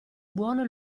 buono